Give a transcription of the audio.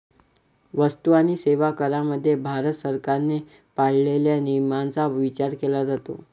वस्तू आणि सेवा करामध्ये भारत सरकारने पाळलेल्या नियमांचा विचार केला जातो